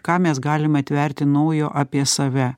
ką mes galim atverti naujo apie save